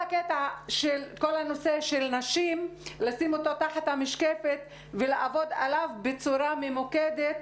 כל הנושא של נשים צריך לשים אותו תחת המשקפת ולעבוד עליו בצורה ממוקדמת